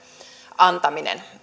antamiseen